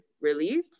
relief